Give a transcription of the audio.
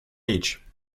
aici